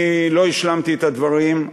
אני לא השלמתי את הדברים.